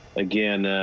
again,